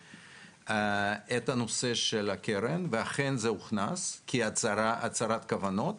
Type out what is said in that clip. את הנושא של הקרן ואכן זה הוכנס כהצהרת כוונות.